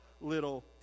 little